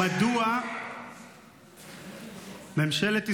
רציתי לשאול: מדוע ממשלת ישראל,